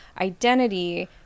identity